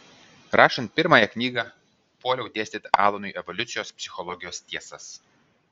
rašant pirmąją knygą puoliau dėstyti alanui evoliucijos psichologijos tiesas